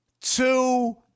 two